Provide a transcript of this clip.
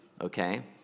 Okay